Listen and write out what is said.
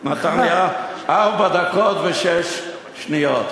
אני מעלה דבר שאף אחד עוד לא העלה.